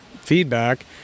feedback